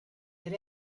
eir